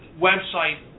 website